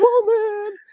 woman